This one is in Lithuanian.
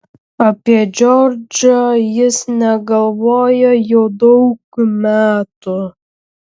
apie džordžą jis negalvojo jau daug metų